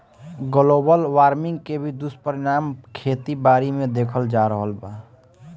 global warming के भी दुष्परिणाम खेती बारी पे देखल जा रहल बा